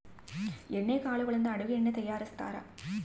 ಎಣ್ಣೆ ಕಾಳುಗಳಿಂದ ಅಡುಗೆ ಎಣ್ಣೆ ತಯಾರಿಸ್ತಾರಾ